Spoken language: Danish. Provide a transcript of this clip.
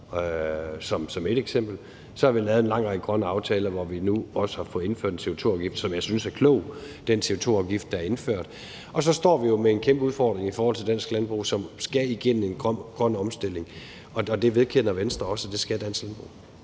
for bilerne. Så har vi lavet en lang række grønne aftaler, hvor vi også har fået indført en CO2-afgift, og jeg synes, at den CO2-afgift, der er indført, er klog. Og så står vi jo med en kæmpe udfordring i forhold til dansk landbrug, som skal igennem en grøn omstilling. Venstre vedkender sig også, at det skal dansk landbrug.